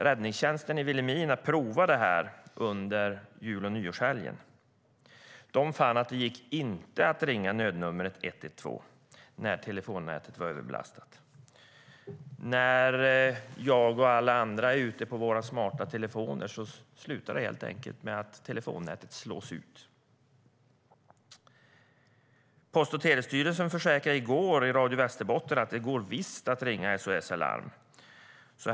Räddningstjänsten i Vilhelmina provade det här under jul och nyårshelgen, och de fann att det inte gick att ringa nödnumret 112 när telefonnätet var överbelastat. När jag och alla andra använder våra smarta telefoner slutar det helt enkelt med att telefonnätet slås ut. Post och telestyrelsen försäkrade i går i Radio Västerbotten att det visst går att ringa SOS Alarm.